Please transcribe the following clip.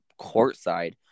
courtside